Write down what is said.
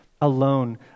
alone